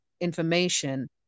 information